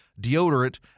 deodorant